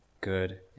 good